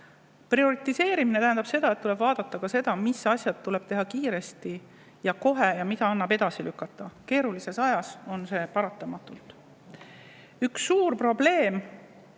Prioritiseerimine tähendab seda, et tuleb vaadata, mis asjad tuleb teha kiiresti ja kohe ning mida annab edasi lükata. Keerulisel ajal on see paratamatu. Üks suur probleem,